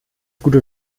gute